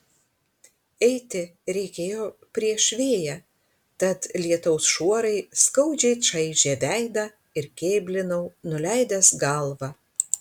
eiti reikėjo prieš vėją tad lietaus šuorai skaudžiai čaižė veidą ir kėblinau nuleidęs galvą